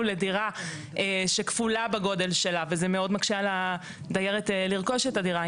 לדירה שכפולה בגודל שלה וזה מאוד מקשה על הדיירת לרכוש את הדירה,